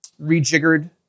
rejiggered